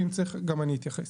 ואם צריך גם אני אתייחס.